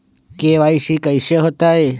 KYC कैसे होतई?